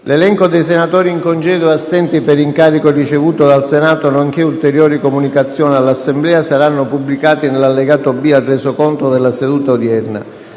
L'elenco dei senatori in congedo e assenti per incarico ricevuto dal Senato, nonché ulteriori comunicazioni all'Assemblea saranno pubblicati nell'allegato B al Resoconto della seduta odierna.